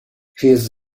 his